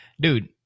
Dude